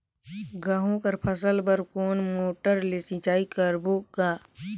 गहूं कर फसल बर कोन मोटर ले सिंचाई करबो गा?